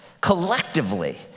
collectively